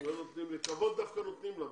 כבוד דווקא נותנים לה.